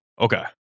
Okay